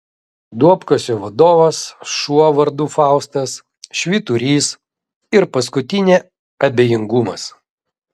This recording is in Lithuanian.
duobkasio vadovas šuo vardu faustas švyturys ir paskutinė abejingumas